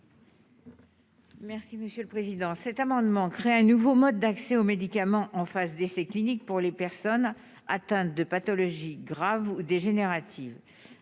Merci monsieur le président, cet amendement crée un nouveau mode d'accès aux médicaments en phase d'essais cliniques pour les personnes atteintes de pathologies graves dégénérative